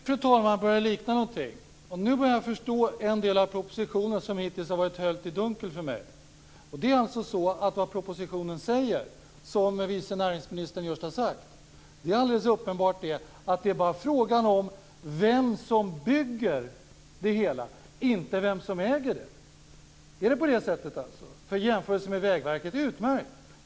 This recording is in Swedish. Fru talman! Nu börjar det likna någonting. Nu börjar jag att förstå en del av propositionen som hittills har varit höljt i dunkel för mig. Propositionen säger - just sagt av vice näringsministern - att det är bara fråga om vem som bygger det hela, inte vem som äger det. Är det så? Jämförelsen med Vägverket är utmärkt.